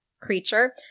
creature